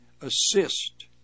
assist